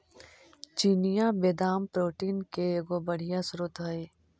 चिनिआबेदाम protein के एगो बढ़ियाँ स्रोत हई